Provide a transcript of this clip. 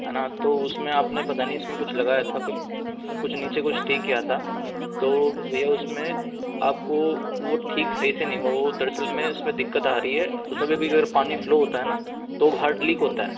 है ना तो उसमें अपने पता नहीं उसमें कुछ लगाया था कुछ नीचे कुछ ठीक किया था तो भैया उसमें आपको वो ठीक सही से नहीं हुआ वो दरअसल में उसमें दिक्कत आ रही है उसमें अभी अगर पानी फ्लो होता है ना तो हर्ड लीक होता है